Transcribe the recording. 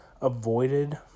avoided